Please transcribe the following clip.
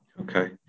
Okay